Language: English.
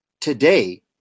today